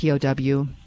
POW